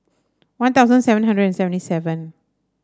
One Thousand seven hundred and seventy seven